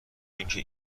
اینکه